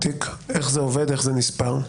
איך זה נספר?